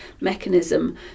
mechanism